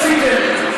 וכך אתם עשיתם.